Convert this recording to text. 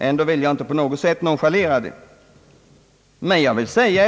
Jag vill dock understryka att detta är väsentliga synpunkter.